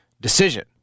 decision